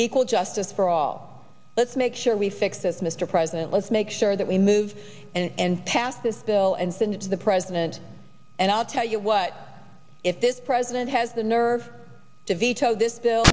equal justice for all let's make sure we fix this mr president let's make sure that we move and pass this bill and send it to the president and i'll tell you what if this president has the nerve to veto this bill